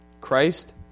Christ